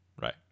right